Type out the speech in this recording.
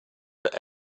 but